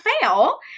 fail